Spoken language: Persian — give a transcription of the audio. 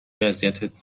اذیتت